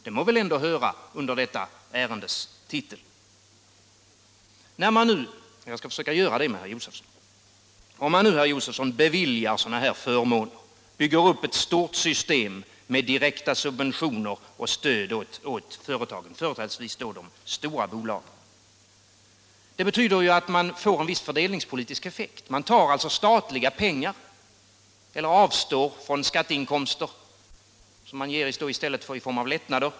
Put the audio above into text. Det må väl ändå höra hemma under denna ärendetitel att diskutera det, och jag skall försöka göra det med herr Josefson. När man beviljar sådana här förmåner, bygger upp ett stort system med direkta subventioner och stöd åt företagen, företrädesvis då de stora bolagen, får man också en viss fördelningspolitisk effekt. Man tar alltså statliga pengar eller avstår från skatteinkomster i form av lättnader.